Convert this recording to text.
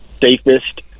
safest